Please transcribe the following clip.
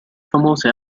famose